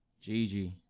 Gigi